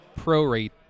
prorate